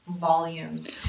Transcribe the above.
volumes